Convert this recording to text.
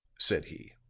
said he.